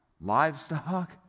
livestock